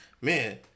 man